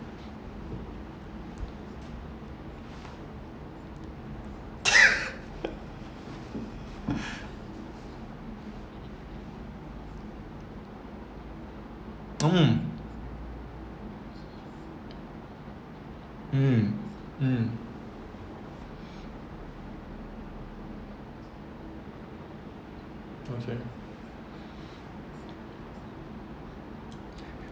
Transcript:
mm